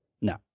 No